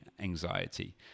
anxiety